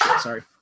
Sorry